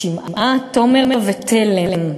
שמעה, תומר ותלם.